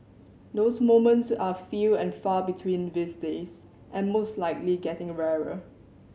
those moments are few and far between these days and most likely getting rarer